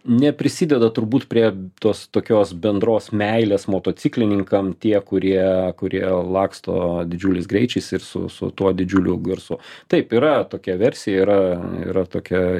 neprisideda turbūt prie tos tokios bendros meilės motociklininkam tie kurie kurie laksto didžiuliais greičiais ir su su tuo didžiuliu garsu taip yra tokia versija yra yra tokia